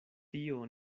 tio